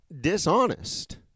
dishonest